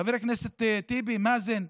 חברי הכנסת טיבי, מאזן,